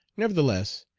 nevertheless,